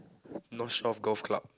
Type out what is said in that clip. no shelf golf club